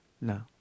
No